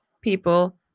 people